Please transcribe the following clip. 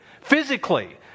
Physically